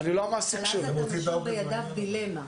כל מי שמתעסק בתחום הזה ועוסק באכיפה,